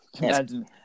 Imagine